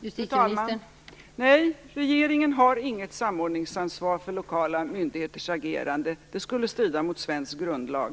Fru talman! Nej, regeringen har inte något samordningsansvar för lokala myndigheters agerande. Det skulle strida mot svensk grundlag.